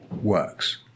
works